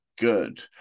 good